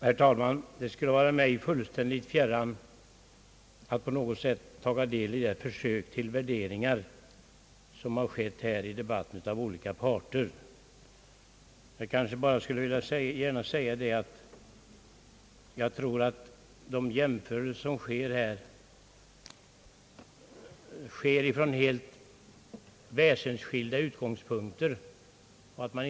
Herr talman! Det skulle vara mig fullständigt fjärran att på något sätt taga del i de försök till värderingar som olika parter har gjort här i debatten. Jag skulle bara vilja säga, att jag tror att de jämförelser som görs här görs från helt väsensskilda utgångspunkter.